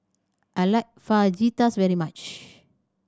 I like Fajitas very much